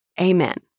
Amen